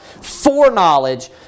foreknowledge